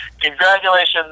congratulations